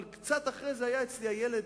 אבל קצת אחרי זה היה אצלי הילד,